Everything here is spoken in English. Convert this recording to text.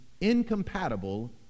Incompatible